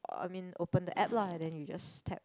um I mean open the app lah and then you just tap